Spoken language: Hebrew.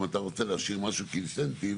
אם אתה רוצה להשאיר משהו כתמריץ,